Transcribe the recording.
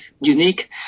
unique